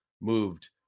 moved